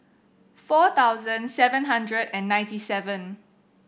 four thousand seven hundred and ninety seven